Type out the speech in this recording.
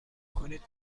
کنید